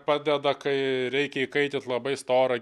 padeda kai reikia įkaityt labai storą